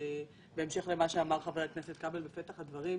בהמשך למה שאמר חבר הכנסת כבל בפתח הדברים,